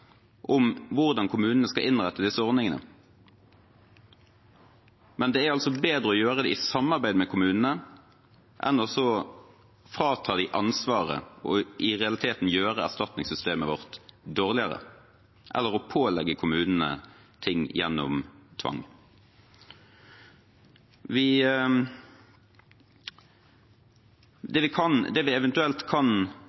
om hvordan kommunene skal innrette disse ordningene, men det er bedre å gjøre det i samarbeid med kommunene enn å frata dem ansvaret og i realiteten gjøre erstatningssystemet vårt dårligere, eller å pålegge kommunene ting gjennom tvang.